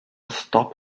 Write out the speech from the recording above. stop